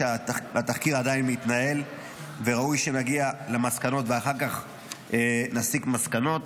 שהתחקיר עדיין מתנהל וראוי שנגיע למסקנות ואחר כך נסיק מסקנות.